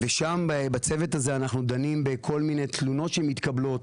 בצוות הזה אנחנו דנים בכל מיני תלונות שמתקבלות